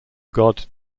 god